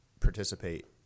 participate